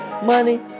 Money